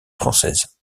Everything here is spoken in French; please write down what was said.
française